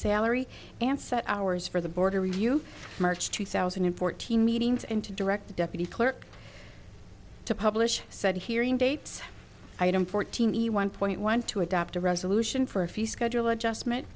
salary ansett hours for the border review march two thousand and fourteen meetings and to direct the deputy clerk to publish said hearing dates item fortini one point one two adopt a resolution for a few schedule adjustment